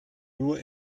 nur